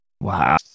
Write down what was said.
Wow